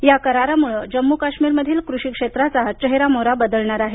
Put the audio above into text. या करारामुळे जम्मू काश्मीरमधील कृषी क्षेत्राला चेहरामोहरा बदलणार आहे